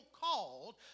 called